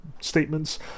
statements